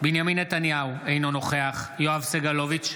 בנימין נתניהו, אינו נוכח יואב סגלוביץ'